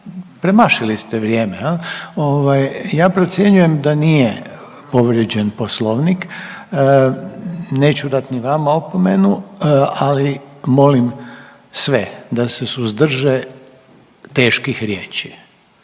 Premašili ste vrijeme. Ja procjenjujem da nije povrijeđen Poslovnik. Neću dati ni vama opomenu. Ali molim sve da se suzdrže teških riječi.